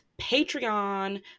Patreon